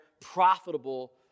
profitable